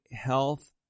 health